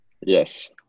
Yes